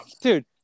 Dude